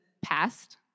past